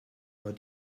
war